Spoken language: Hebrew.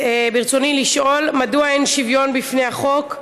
ברצוני לשאול: מדוע אין שוויון בפני החוק,